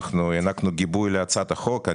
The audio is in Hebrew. הענקנו גיבוי להצעת החוק.